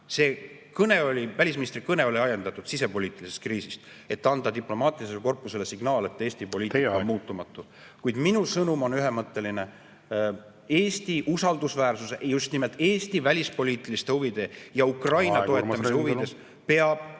teiseks, see välisministri kõne oli ajendatud sisepoliitilisest kriisist, et anda diplomaatilisele korpusele signaal, et Eesti poliitika on muutumatu. Teie aeg! Kuid minu sõnum on ühemõtteline. Eesti usaldusväärsuse, just nimelt Eesti välispoliitiliste huvide ja Ukraina … Kuid minu